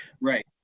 Right